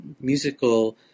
musical